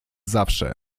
zawsze